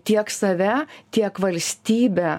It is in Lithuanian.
tiek save tiek valstybę